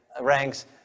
ranks